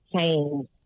change